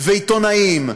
ועיתונאים,